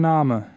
Name